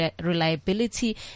reliability